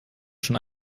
schon